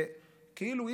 כאילו,